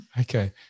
Okay